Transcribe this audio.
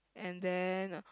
and then